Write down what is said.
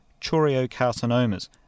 choriocarcinomas